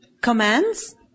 commands